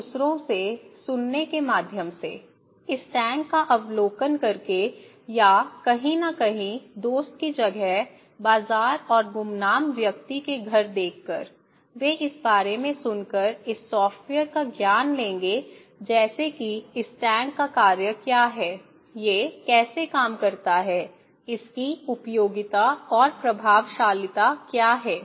एक दूसरों से सुनने के माध्यम से इस टैंक का अवलोकन करके या कहीं न कहीं दोस्त की जगह बाजार और गुमनाम व्यक्ति के घर देख कर वे इस बारे में सुनकर इस सॉफ्टवेयर का ज्ञान लेंगे जैसे कि इस टैंक का कार्य क्या है यह कैसे काम करता है इसकी उपयोगिता और प्रभावशीलता क्या हैं